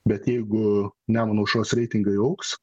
bet jeigu nemuno aušros reitingai augs